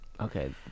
Okay